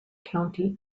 county